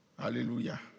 Hallelujah